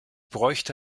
bräuchte